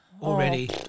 already